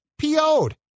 PO'd